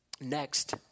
Next